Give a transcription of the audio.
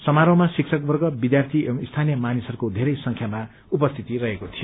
समारोहमा शिककवर्ग विद्यार्थी एवं स्थानीय मानिसहरूको धेरै संख्यामा उपिस्थति रहेको थियो